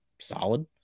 solid